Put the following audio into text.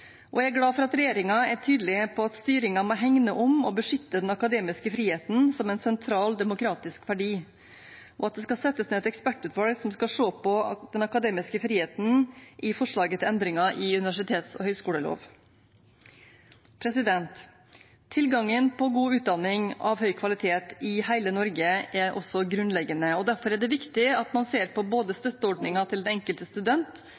Jeg er glad for at regjeringen er tydelig på at styringen må hegne om og beskytte den akademiske friheten som en sentral, demokratisk verdi, og at det skal settes ned et ekspertutvalg som skal se på den akademiske friheten i forslaget til endringer i universitets- og høyskoleloven. Tilgangen på god utdanning av høy kvalitet i hele Norge er også grunnleggende. Derfor er det viktig at man ser på både støtteordninger til den enkelte student